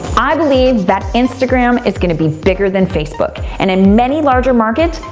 i believe that instagram is gonna be bigger than facebook. and in many larger market,